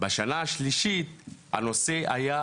בשנה השלישית, הנושא היה